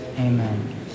Amen